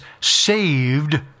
saved